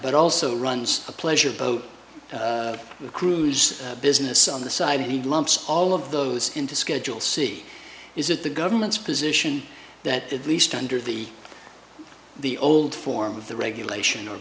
but also runs a pleasure boat cruise business on the side he lumps all of those into schedule c is it the government's position that at least under the the old form of the regulation or